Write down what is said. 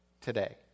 today